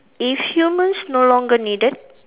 if humans no longer needed